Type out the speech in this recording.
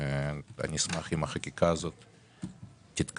ואני אשמח אם החקיקה הזאת תתקדם.